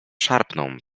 szarpną